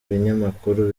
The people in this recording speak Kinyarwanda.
binyamakuru